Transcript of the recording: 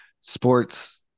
Sports